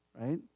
right